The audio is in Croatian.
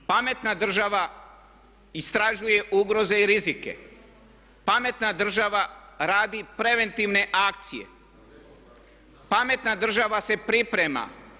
Pametna država istražuje ugroze i rizike, pametna država radi preventivne akcije, pametna država se priprema.